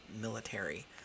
military